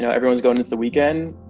so everyone's going into the weekend,